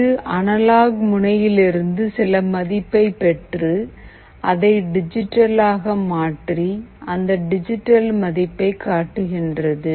இது அனலாக் முனையிலிருந்து சில மதிப்பைப் பெற்று அதை டிஜிட்டலாக மாற்றி அந்த டிஜிட்டல் மதிப்பை காட்டுகிறது